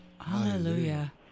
Hallelujah